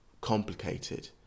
complicated